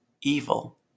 evil